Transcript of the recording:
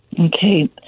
okay